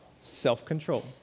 self-control